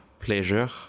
pleasure